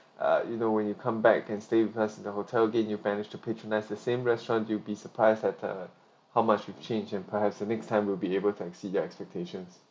uh you know when you come back and stay with us in the hotel again you manage to patronise the same restaurant you'll be surprised that uh how much we change and perhaps the next time we'll be able to exceed your expectations